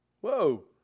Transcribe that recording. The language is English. whoa